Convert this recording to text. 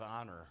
honor